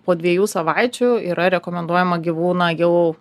po dviejų savaičių yra rekomenduojama gyvūną jau